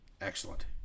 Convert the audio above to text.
Excellent